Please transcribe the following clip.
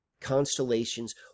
constellations